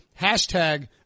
Hashtag